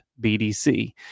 BDC